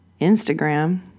Instagram